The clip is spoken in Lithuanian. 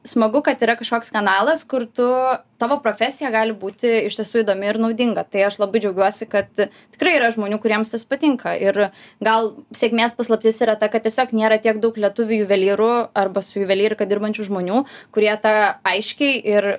smagu kad yra kažkoks kanalas kur tu tavo profesija gali būti iš tiesų įdomi ir naudinga tai aš labai džiaugiuosi kad tikrai yra žmonių kuriems tas patinka ir gal sėkmės paslaptis yra ta kad tiesiog nėra tiek daug lietuvių juvelyrų arba su juvelyrika dirbančių žmonių kurie tą aiškiai ir